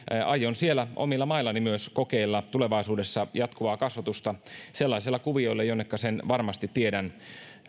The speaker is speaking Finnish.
aion siellä omilla maillani myös kokeilla tulevaisuudessa jatkuvaa kasvatusta sellaisilla kuvioilla jonneka sen varmasti tiedän